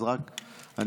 בבקשה,